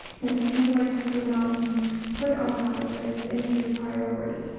and it seemed like we would not be put on top of the list and be the priority.